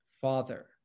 Father